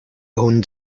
own